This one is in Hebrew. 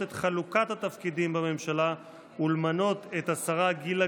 את חלוקת התפקידים בממשלה ולמנות את השרה גילה